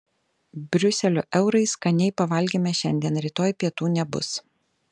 briuselio eurai skaniai pavalgėme šiandien rytoj pietų nebus